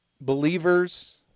believers